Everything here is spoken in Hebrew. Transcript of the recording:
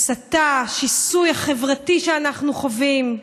ההסתה, השיסוי החברתי שאנחנו חווים.